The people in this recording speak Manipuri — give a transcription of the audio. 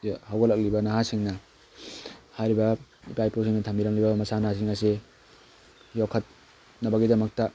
ꯍꯧꯒꯠꯂꯛꯂꯤꯕ ꯅꯍꯥꯁꯤꯡꯅ ꯍꯥꯏꯔꯤꯕ ꯏꯄꯥ ꯏꯄꯨꯁꯤꯡꯅ ꯊꯝꯕꯤꯔꯝꯂꯤꯕ ꯃꯁꯥꯟꯅꯁꯤꯡ ꯑꯁꯤ ꯌꯣꯛꯈꯠꯅꯕꯒꯤꯗꯃꯛꯇ